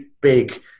big